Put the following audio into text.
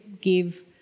give